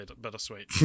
bittersweet